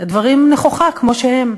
הדברים נכוחה, כמו שהם.